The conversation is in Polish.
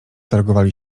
targowali